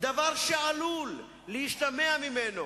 דבר שעלולה להשתמע ממנו